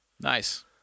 Nice